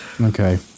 okay